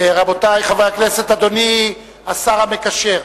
רבותי חברי הכנסת, אדוני השר המקשר,